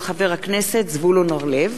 מאת חבר הכנסת זבולון אורלב,